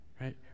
right